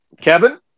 Kevin